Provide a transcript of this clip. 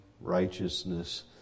righteousness